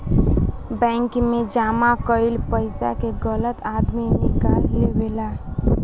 bank मे जमा कईल पइसा के गलत आदमी निकाल लेवेला